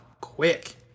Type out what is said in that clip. Quick